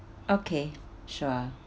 okay sure